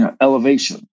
elevation